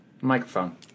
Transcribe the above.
Microphone